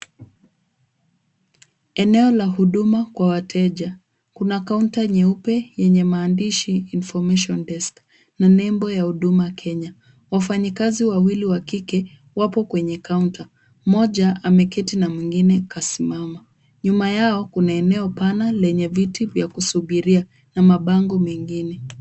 Eneo la huduma kwa wateja. Kuna counter nyeupe yenye maandishi information desk na nembo ya huduma Kenya. Wafanyikazi wawili wa kike wapo kwenye counter . Mmoja ameketi na mwingine kasimama. Nyuma yao kuna eneo pana lenye viti vya kusubiria na mabango mengine.